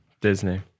disney